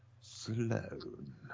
Sloan